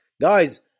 guys